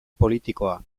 politikoa